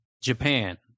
Japan